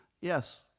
Yes